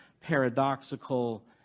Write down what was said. paradoxical